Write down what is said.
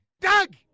Doug